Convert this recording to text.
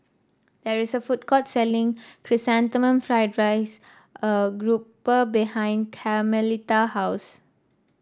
there is a food court selling chrysanthemum fried dries grouper behind Carmelita house